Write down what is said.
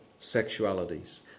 sexualities